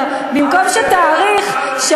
אין לה בושה,